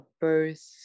birth